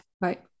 Right